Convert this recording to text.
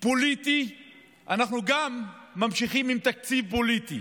פוליטי אנחנו ממשיכים עם תקציב פוליטי,